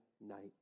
night